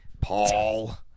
Paul